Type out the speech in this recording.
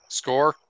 score